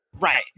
Right